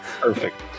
perfect